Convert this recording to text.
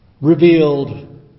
revealed